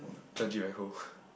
legit very cold